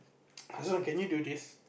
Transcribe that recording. Hasan can you do this